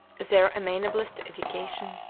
their amenableness to education,